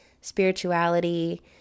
spirituality